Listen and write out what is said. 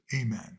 Amen